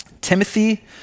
Timothy